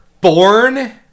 Born